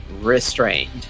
restrained